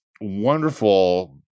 wonderful